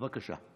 בבקשה.